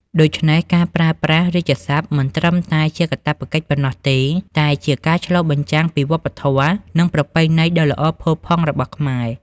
ដូច្នេះ ការប្រើប្រាស់រាជសព្ទមិនត្រឹមតែជាកាតព្វកិច្ចប៉ុណ្ណោះទេ តែជាការឆ្លុះបញ្ចាំងពីវប្បធម៌ និងប្រពៃណីដ៏ល្អផូរផង់របស់ខ្មែរ។